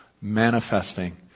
manifesting